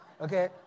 okay